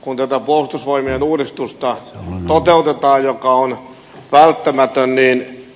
kun toteutetaan tätä puolustusvoimien uudistusta joka on välttämätön niin